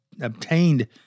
obtained